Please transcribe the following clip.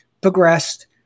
progressed